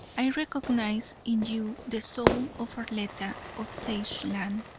i recognize in you the soul of arletta, of sageland,